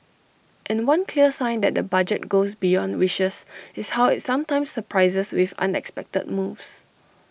and one clear sign that the budget goes beyond wishes is how IT sometimes surprises with unexpected moves